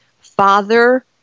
Father